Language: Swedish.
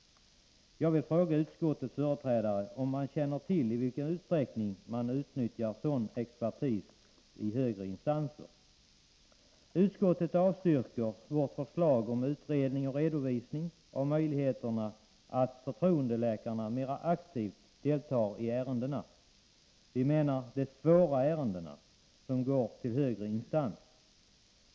Jag vill fråga utskottets företrädare om han känner till i vilken utsträckning man utnyttjar sådan expertis i högre instanser. Utskottet avstyrker vårt förslag om utredning och redovisning av möjligheten att låta förtroendeläkare mera aktivt delta i de svåra ärenden som går till högre instans.